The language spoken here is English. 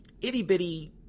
Itty-bitty